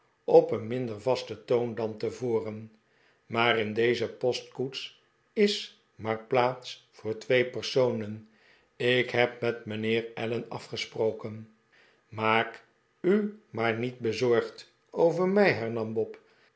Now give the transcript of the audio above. op een minder vasten toon dan tevoren maar in deze postkoets is maar plaats voor twee personen ik heb met mijnheer allen afgesproken maak u maar niet bezorgd over mij hernam bob